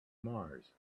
mars